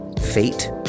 fate